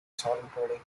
solitary